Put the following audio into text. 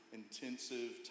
intensive